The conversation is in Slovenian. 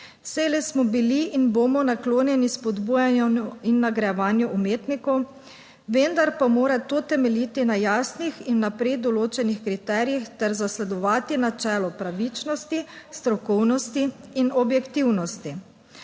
Vselej smo bili in bomo naklonjeni spodbujanju in nagrajevanju umetnikov, vendar pa mora to temeljiti na jasnih in vnaprej določenih kriterijih ter zasledovati načelo pravičnosti, strokovnosti in objektivnosti.